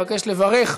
אפשר להוסיף אותי?